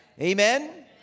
Amen